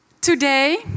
today